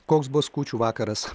koks bus kūčių vakaras